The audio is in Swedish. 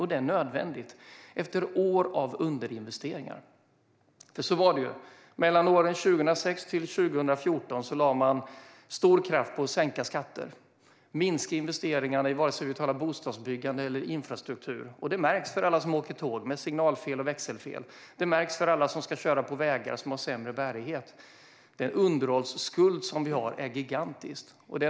Detta är nödvändigt efter år av underinvesteringar. Mellan åren 2006 och 2014 lade man stor kraft på att sänka skatterna och minska investeringarna, oavsett om vi talar om bostadsbyggande eller infrastruktur. Detta märks för alla som åker tåg, där det är signal och växelfel, och för alla som kör på vägar, som har sämre bärighet. Den underhållsskuld vi har är gigantisk.